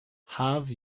have